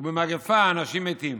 ובמגפה אנשים מתים".